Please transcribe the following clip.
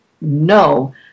no